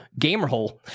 gamerhole